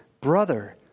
brother